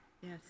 Yes